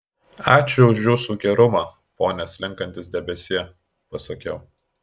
ačiū už jūsų gerumą pone slenkantis debesie pasakiau